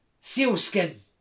sealskin